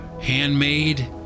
handmade